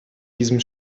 diesem